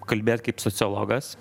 kalbėt kaip sociologas